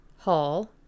hall